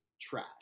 trash